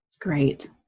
Great